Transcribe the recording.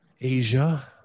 Asia